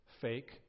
fake